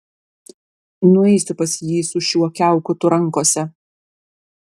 nueisiu pas jį su šiuo kiaukutu rankose